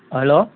hello